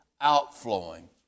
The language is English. outflowing